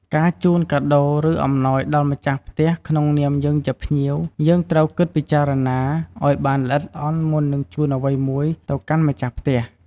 កាជូនការដូរ ឬអំណោយដល់ម្ចាស់ផ្ទះក្នុងនាមយើងជាភ្ញៀវយើងត្រូវគិតពិចារណាឲ្យបានល្អិតល្អន់មុននឹងជូនអ្វីមួយទៅកាន់ម្ចាស់ផ្ទះ។